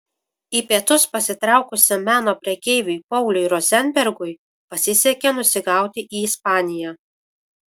į pietus pasitraukusiam meno prekeiviui pauliui rozenbergui pasisekė nusigauti į ispaniją